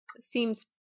seems